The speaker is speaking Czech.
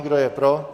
Kdo je pro?